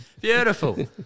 Beautiful